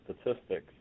statistics